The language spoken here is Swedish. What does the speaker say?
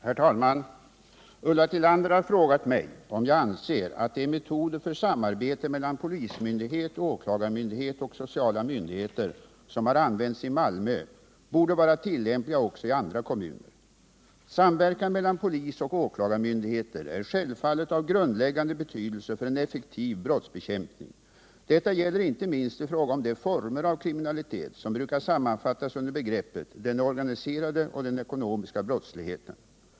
Herr talman! Ulla Tillander har frågat mig om jag anser att de metoder för samarbete mellan polismyndighet, åklargarmyndighet och sociala myndigheter som har använts i Malmö borde vara tillämpliga också i andra kommuner. Samverkan mellan polisoch åklagarmyndigheter är självfallet av grundläggande betydelse för en effektiv brottsbekämpning. Detta gäller inte minst i fråga om de former av kriminalitet som brukar sammanfattas under begreppet den organiserade och den ekonomiska brottsligheten.